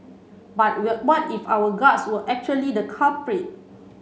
but but if our guts were actually the culprit